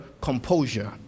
composure